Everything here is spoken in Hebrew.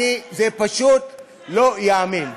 אל תעשה קיפוח.